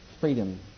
freedom